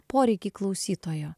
poreikį klausytojo